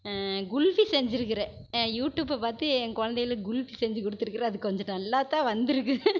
குல்ஃபி செஞ்சிருக்கிறேன் யூடியூப்பை பார்த்து என் குழந்தைங்களுக்கு குல்ஃபி செஞ்சுக்கொடுத்துக்கிறேன் அது கொஞ்சம் நல்லாத்தான் வந்திருக்கு